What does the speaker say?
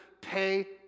pay